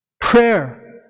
Prayer